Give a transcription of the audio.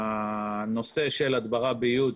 הנושא של הדברה באיוד,